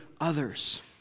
others